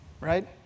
right